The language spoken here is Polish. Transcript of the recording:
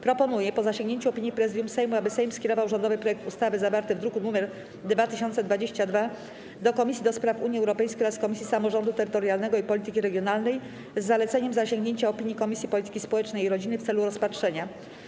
Proponuję, po zasięgnięciu opinii Prezydium Sejmu, aby Sejm skierował rządowy projekt ustawy zawarty w druku nr 2022 do Komisji do Spraw Unii Europejskiej oraz Komisji Samorządu Terytorialnego i Polityki Regionalnej z zaleceniem zasięgnięcia opinii Komisji Polityki Społecznej i Rodziny w celu rozpatrzenia.